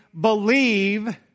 believe